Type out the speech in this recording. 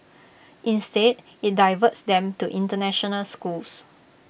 instead IT diverts them to International schools